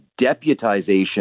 deputization